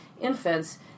infants